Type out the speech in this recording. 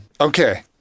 Okay